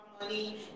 Money